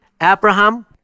Abraham